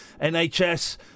NHS